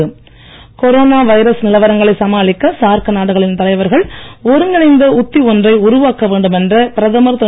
Modi SAARC corona virus நிலவரங்களை சமாளிக்க SAARC நாடுகளின் தலைவர்கள் ஒருங்கிணைந்த உத்தி ஒன்றை உருவாக்க வேண்டும் என்ற பிரதமர் திரு